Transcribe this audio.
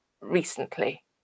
recently